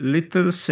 Little